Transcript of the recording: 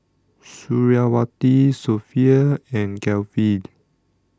Suriawati Sofea and